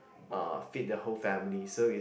uh feed the whole family so it